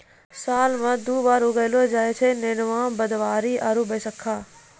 साल मॅ दु बार उगैलो जाय छै नेनुआ, भदबारी आरो बैसक्खा